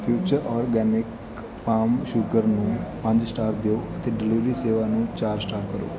future organics palm sugar ਨੂੰ ਪੰਜ star ਦਿਓ ਅਤੇ ਡਿਲੀਵਰੀ ਸੇਵਾ ਨੂੰ ਚਾਰ ਸਟਾਰ ਕਰੋ